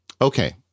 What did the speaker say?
Okay